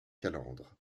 calandre